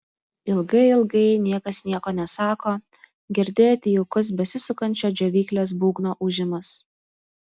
ilgai ilgai niekas nieko nesako girdėti jaukus besisukančio džiovyklės būgno ūžimas